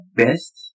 best